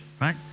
right